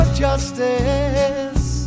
justice